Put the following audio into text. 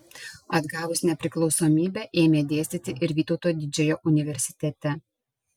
atgavus nepriklausomybę ėmė dėstyti ir vytauto didžiojo universitete